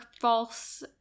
false